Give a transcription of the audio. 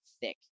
thick